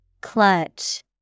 Clutch